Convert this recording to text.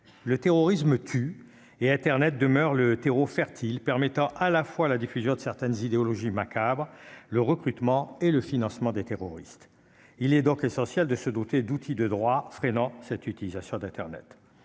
le terrorisme, tu es Internet demeure le terreau fertile, permettant à la fois la diffusion de certaines idéologies macabre, le recrutement et le financement des terroristes, il est donc essentiel de se doter d'outils de droit freinant cette utilisation d'Internet,